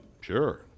Sure